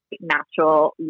natural